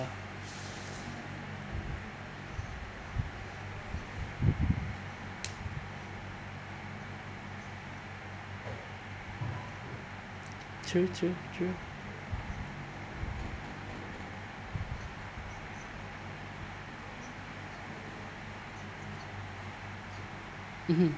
true true true mmhmm